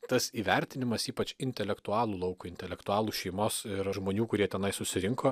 tas įvertinimas ypač intelektualų lauko intelektualų šeimos ir žmonių kurie tenai susirinko